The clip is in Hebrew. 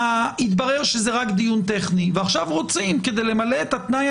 התברר שזה רק דיון טכני ועכשיו רוצים כדי למלא את התנאי